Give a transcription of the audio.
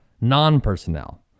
non-personnel